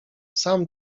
sam